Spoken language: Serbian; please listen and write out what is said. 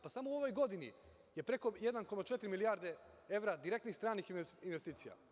Pa, samo u ovoj godini je preko 1,4 milijarde evra direktnih stranih investicija.